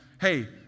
hey